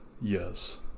yes